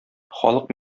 халык